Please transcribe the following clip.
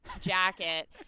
jacket